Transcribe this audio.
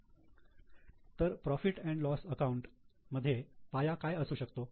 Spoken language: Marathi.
तर profit and loss account profit loss account मध्ये पाया काय असू शकतो